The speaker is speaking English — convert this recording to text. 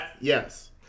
Yes